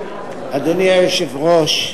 אדוני היושב-ראש,